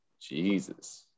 jesus